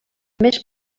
més